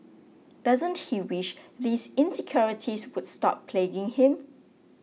doesn't he wish these insecurities would stop plaguing him